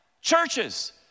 churches